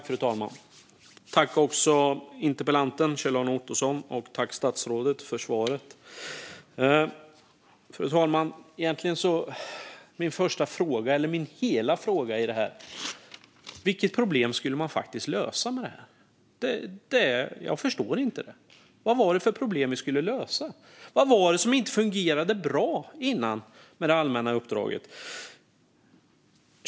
Fru talman! Tack, statsrådet för svaret! Hela min fråga är: Vilket problem skulle lösas med detta? Jag förstår det inte. Vad var det för problem vi skulle lösa? Vad var det som inte fungerade bra innan med det allmänna uppdraget?